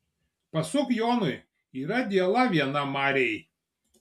pasuk jonui yra diela viena marėj